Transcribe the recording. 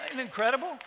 incredible